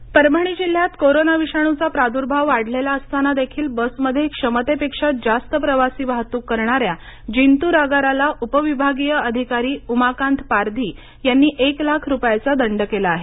दंड आकारणी परभणी जिल्ह्यात कोरोना विषाणूचा प्राद्भाव वाढलेला असतानादेखील बसमध्ये क्षमतेपेक्षा जास्त प्रवासी वाहतूक करणा या जिंतूर आगाराला उपविभागीय अधिकारी उमाकांत पारधी यांनी एक लाख रुपयाचा दंड केला आहे